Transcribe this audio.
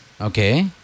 Okay